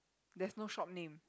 there's no shop name